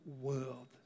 world